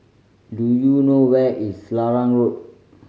do you know where is Selarang Road